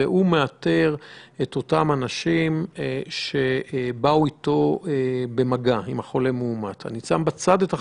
לקו השני כי אנחנו בכל זאת צריכים באיזו שהיא מידה לתעדף,